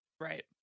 right